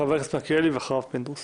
חבר הכנסת מלכיאלי, ואחריו פינדרוס.